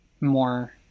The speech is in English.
more